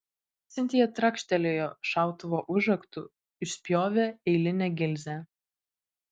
sintija trakštelėjo šautuvo užraktu išspjovė eilinę gilzę